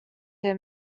him